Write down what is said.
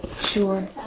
Sure